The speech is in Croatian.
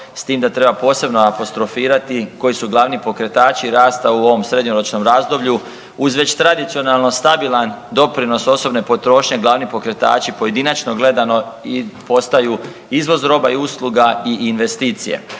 s tim da treba posebno apostrofirati koji su glavni pokretači rasta u ovom srednjoročnom razdoblju uz već tradicionalno stabilan doprinos osobne potrošnje glavni pokretači pojedinačno gledano i postaju izvoz roba i usluga i investicije.